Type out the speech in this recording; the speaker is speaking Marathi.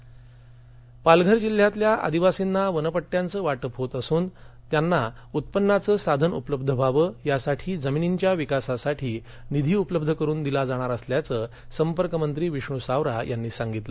पालघर पालघर जिल्ह्यातल्या आदिवासींना वनपट्यांचे वाटप होत असून त्यांना उत्पन्नाचं साधन उपलब्ध व्हावं यासाठी या जमिनींच्या विकासासाठी निधी उपलब्ध करून दिला जाणार असल्याचं संपर्कमंत्री विष्णू सवरा यांनी सांगितलं